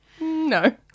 no